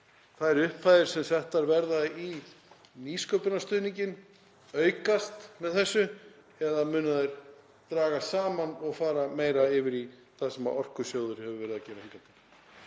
þær upphæðir sem settar verða í nýsköpunarstuðninginn aukast með þessu eða munu þær dragast saman og fara meira yfir í það sem Orkusjóður hefur verið að gera hingað